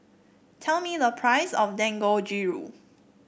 tell me the price of Dangojiru